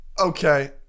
okay